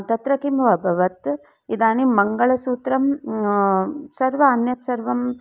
तत्र किम्वा अभवत् इदानीं मङ्गलसूत्रं सर्वम् अन्यत् सर्वं